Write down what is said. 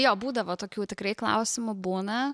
jo būdavo tokių tikrai klausimų būna